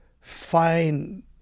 find